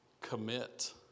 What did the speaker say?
commit